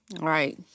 Right